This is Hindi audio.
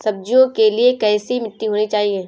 सब्जियों के लिए कैसी मिट्टी होनी चाहिए?